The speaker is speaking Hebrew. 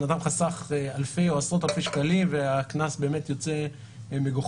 אדם חסך אלפי או עשרות אלפי שקלים והקנס באמת יוצא מגוחך.